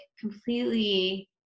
completely